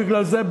בגלל זה,